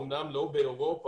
אמנם לא באירופה,